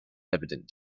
evident